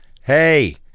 hey